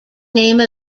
name